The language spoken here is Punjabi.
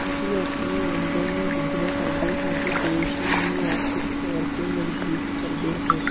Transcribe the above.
ਅਸੀਂ ਆਪਣੀ ਆਮਦਨ ਨੂੰ ਦੁੱਗਣਾ ਕਰਦੇ ਹਾਂ ਅਤੇ ਦੇਸ਼ ਨੂੰ ਵੀ ਆਰਥਿਕ ਤੌਰ 'ਤੇ ਮਜ਼ਬੂਤ ਕਰਦੇ ਹਾਂ